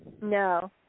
no